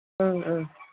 ꯎꯝ ꯎꯝ